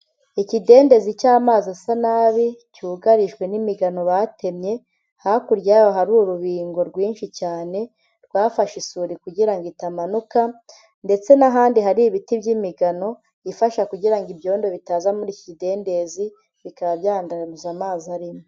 Ikidendezi cy'amazi asa nabi cyugarijwe n'imigano batemye. Hakurya yaho hari urubingo rwinshi cyane rwafashe isuri kugira ngo itamanuka ndetse n'ahandi hari ibiti by'imigano ifasha kugira ngo ibyondo bitaza muri iki kidendezi bikaba byananduza amazi arimo.